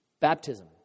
Baptism